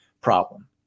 problem